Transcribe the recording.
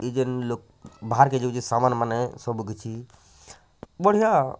ଏଇ ଜେନ୍ ଲୋକ୍ ବାହାର୍ କେ ଯାଉଛେ ସାମାନ୍ ମାନେ ସବୁକିଛି ବଢ଼ିଆ